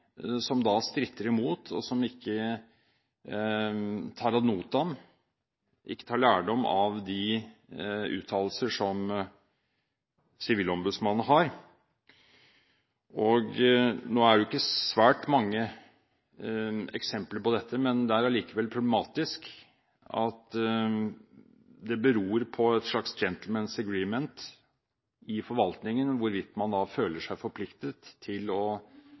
som stritter imot, og som ikke tar ad notam eller lærdom av de uttalelser som Sivilombudsmannen har. Nå er det jo ikke svært mange eksempler på dette, men det er allikevel problematisk at det beror på en slags «gentlemen’s agreement» i forvaltningen hvorvidt man føler seg forpliktet til å